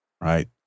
right